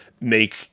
make